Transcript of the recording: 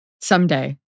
Someday